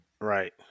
Right